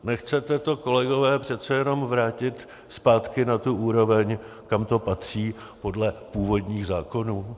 Nechcete to, kolegové, přece jenom vrátit na tu úroveň, kam to patří, podle původních zákonů?